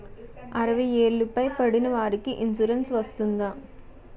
అరవై ఏళ్లు పై పడిన వారికి ఇన్సురెన్స్ వర్తిస్తుందా?